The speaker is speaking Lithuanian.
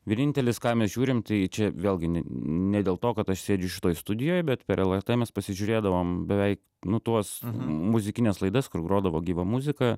vienintelis ką mes žiūrim tai čia vėlgi ne ne dėl to kad aš sėdžiu šitoj studijoj bet per lrt mes pasižiūrėdavom beveik nu tuos muzikines laidas kur grodavo gyva muzika